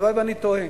הלוואי שאני טועה,